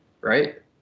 Right